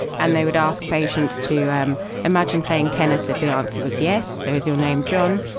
and they would ask patients to um imagine playing tennis if the answer was yes, so is your name john,